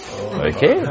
Okay